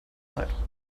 zeit